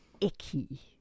icky